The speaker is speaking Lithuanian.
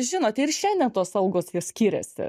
žinot ir šiandien tos algos jos skiriasi